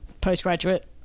postgraduate